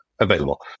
available